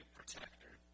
protector